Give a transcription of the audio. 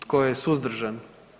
Tko je suzdržan?